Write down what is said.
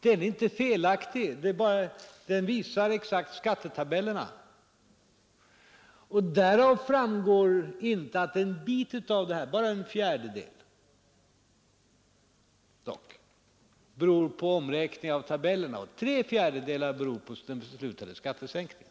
Den är emellertid inte heller felaktig, utan den visar exakt hur skattetabellerna ser ut, men där framgår inte att en fjärdedel av sänkningen beror på omräkning av tabellerna och att tre fjärdedelar beror på den beslutade skattesänkningen.